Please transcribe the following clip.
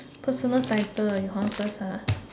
personal title you want first ah